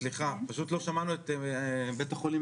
סליחה פשוט לא שמענו את בית החולים